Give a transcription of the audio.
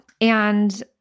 And-